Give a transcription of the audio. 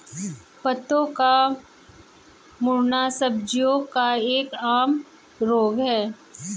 पत्तों का मुड़ना सब्जियों का एक आम रोग है